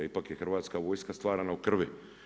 Ipak je Hrvatska vojska stvarana u krvi.